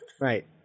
right